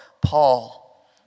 Paul